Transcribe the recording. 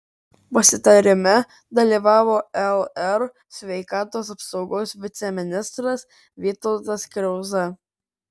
pasitarime dalyvavo lr sveikatos apsaugos viceministras vytautas kriauza